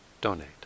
donate